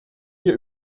wir